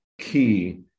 key